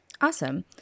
Awesome